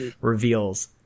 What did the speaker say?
reveals